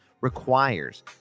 requires